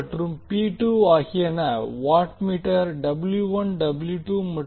மற்றும் ஆகியன வாட்மீட்டர் மற்றும்